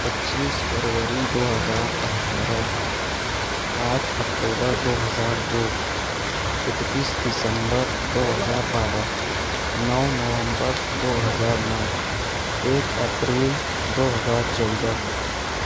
پچیس فروری دو ہزار اٹھارہ آٹھ اکتوبر دو ہزار دو اکتیس دسمبر دو ہزار بارہ نو نومبر دو ہزار نو ایک اپریل دو ہزار چودہ